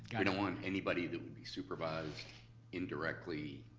i don't want anybody that would be supervised indirectly,